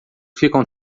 ficam